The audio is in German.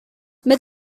mit